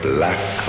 Black